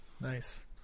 Nice